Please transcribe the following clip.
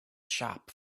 shop